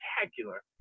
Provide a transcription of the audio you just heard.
spectacular